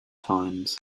times